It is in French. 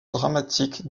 dramatique